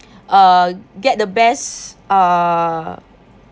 uh get the best uh